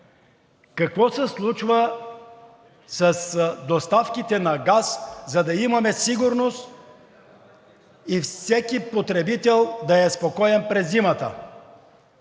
Какво се случва с доставките на газ, за да имаме сигурност и всеки потребител да е спокоен през зимата?